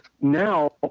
now